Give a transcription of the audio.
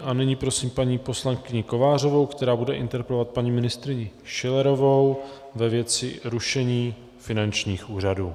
A nyní prosím paní poslankyni Kovářovou, která bude interpelovat paní ministryni Schillerovou ve věci rušení finančních úřadů.